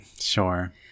Sure